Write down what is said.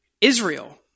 Israel